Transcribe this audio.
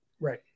Right